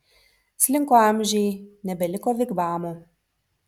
slinko amžiai nebeliko vigvamų